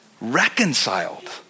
reconciled